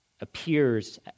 appears